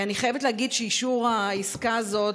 אני חייבת להגיד שאישור העסקה הזאת,